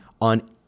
on